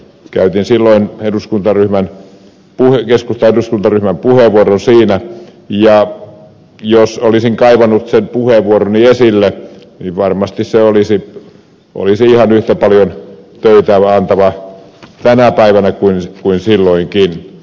käytin silloin siinä keskustelussa keskustan eduskuntaryhmän puheenvuoron ja jos olisin kaivanut sen puheenvuoroni esille niin varmasti se olisi ihan yhtä paljon töitä antava tänä päivänä kuin silloinkin